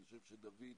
אני חושב שדוד,